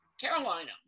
Carolina